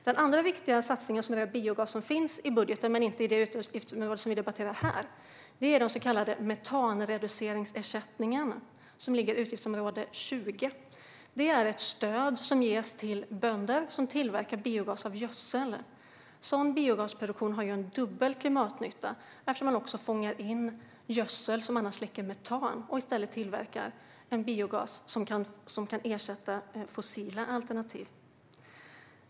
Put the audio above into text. Den andra viktiga satsning på biogas som finns i budgeten, men inte i det utgiftsområde som vi debatterar nu, är den så kallade metanreduceringsersättningen, som ligger under utgiftsområde 20. Det är ett stöd som ges till bönder som tillverkar biogas av gödsel. Sådan biogasproduktion har en dubbel klimatnytta, eftersom man fångar in gödsel som annars läcker metan och i stället tillverkar biogas som kan ersätta fossila alternativ.